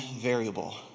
variable